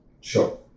Sure